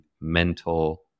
mental